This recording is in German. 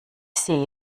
sehe